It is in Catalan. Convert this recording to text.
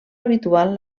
habitual